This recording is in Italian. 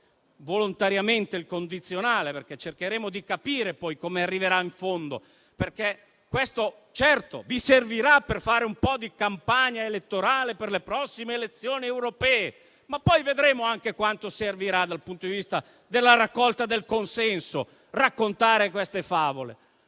volontariamente il condizionale, perché poi cercheremo di capire come arriverà in fondo; di certo, infatti, vi servirà per fare un po' di campagna elettorale per le prossime elezioni europee, ma poi vedremo anche quanto servirà dal punto di vista della raccolta del consenso raccontare queste favole.